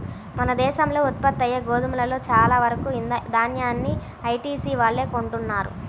మన దేశంలో ఉత్పత్తయ్యే గోధుమలో చాలా వరకు దాన్యాన్ని ఐటీసీ వాళ్ళే కొంటన్నారు